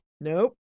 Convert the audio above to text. Nope